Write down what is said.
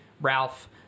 Ralph